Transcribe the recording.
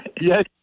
Yes